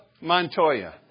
Montoya